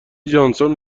جانسون